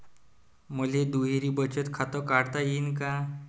मले दुहेरी बचत खातं काढता येईन का?